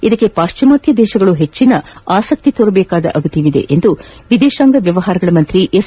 ಇದಕ್ಕೆ ಪಾಲ್ಲಿಮಾತ್ಯ ದೇಶಗಳು ಇದಕ್ಕೆ ಹೆಚ್ಚನ ಆಸ್ತಿ ತೋರಬೇಕಾದ ಅಗತ್ನವಿದೆ ಎಂದು ವಿದೇಶಾಂಗ ವ್ಲವಹಾರಗಳ ಸಚಿವ ಎಸ್